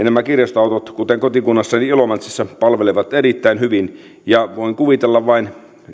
nämä kirjastoautot kuten kotikunnassani ilomantsissa palvelevat erittäin hyvin voin vain kuvitella miten odotettu vieras kirjastoauto on